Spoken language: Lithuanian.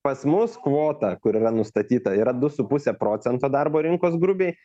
pas mus kvota kur yra nustatyta yra du su puse procento darbo rinkos grubiai